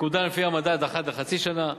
מקודם לפי המדד אחת לחצי שנה.